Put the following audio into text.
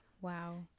wow